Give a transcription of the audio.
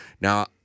Now